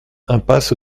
impasse